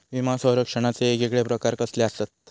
विमा सौरक्षणाचे येगयेगळे प्रकार कसले आसत?